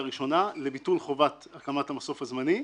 ראשונה לביטול חובת הקמת המסוף הזמני.